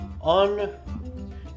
on